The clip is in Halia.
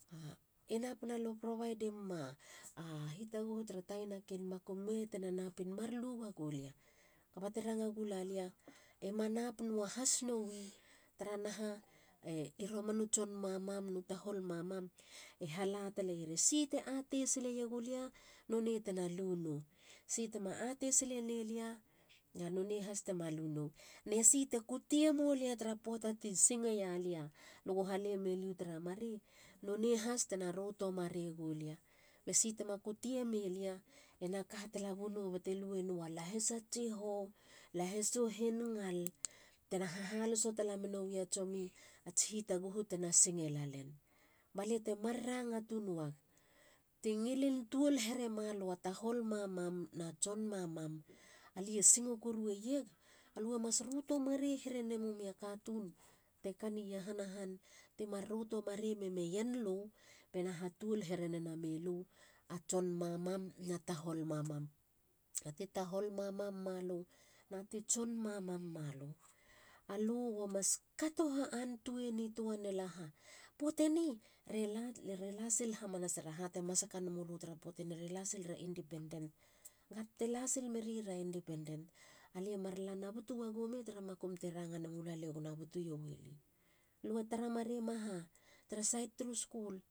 E napina lue provide e muma a hitaguhu tara taina ken makum. mei tena napin mar lu wagolia. Koba te ranga gulalia. ma nap nuahas nowi taraha i romanu. tson mamam no tahol mamam e hala taleier esi te atei sileiegulia. nonei tena lu nou. si tema atei silene lia. ga nonei has tema lu nowi. ne si te kutie nolia tara poata ti singeia lia lugo halemelia u taramarei. nonei has tena ruto marei golia. be si tema kutie melia ena ka katalabuno ba te lue nou a lahisa tsiho. lahisu hin ngal tena hahaloso tala menowi a tsomi ats hi taguhu tena singe lalen. ba lia temar ranga tun wag. ti ngilin tuol herema lua tahol mamam na tson mamam. alie singo korueieg. alue mas rutu marei herene mumei a katun te kani iahana han. ti mar ruto marei memeien lu bena ha tuol he re nenamei lu a tson mamam na tahol mamam. na ti tahol mamam malu na ti tson mamam malu. alugo mas kato ha antuei nitua nela ha. Poateni re lasil hamanasera ha te masaka nemulu tara poate ni. a re la sil hamanasera independence. Ga te lasil merira independenct. aliam mar la nabutu wego ime tara makum te ranga nemulu alie gona butu ioweli. lue tara mareima ha? Tara sait turu skul